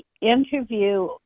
interview